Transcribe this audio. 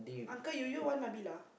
uncle you you want Nabila